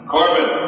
Corbin